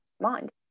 mind